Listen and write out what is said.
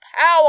power